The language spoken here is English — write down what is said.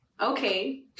okay